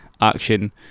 action